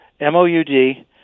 MOUD